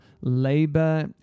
labor